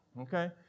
Okay